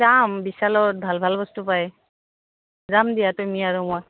যাম বিচালত ভাল ভাল বস্তু পায় যাম দিয়া তুমি আৰু মই